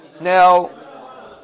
Now